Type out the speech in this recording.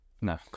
No